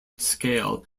scale